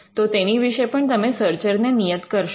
તો તેની વિશે પણ તમે સર્ચર ને નિયત કરશો